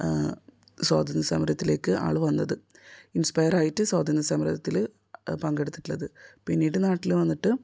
സ്വാതന്ത്ര്യ സമരത്തിലേക്ക് ആൾ വന്നത് ഇൻസ്പയറായിട്ട് സ്വന്തന്ത്ര്യ സമരത്തിൽ പങ്കെടുത്തിട്ടുള്ളത് പിന്നീട് നാട്ടിൽ വന്നിട്ട്